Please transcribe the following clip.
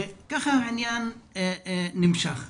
ככה העניין נמשך.